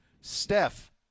Steph